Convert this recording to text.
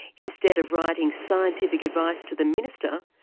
instead of writing scientific advice to the minister,